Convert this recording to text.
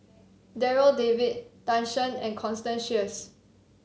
Darryl David Tan Shen and Constance Sheares